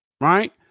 Right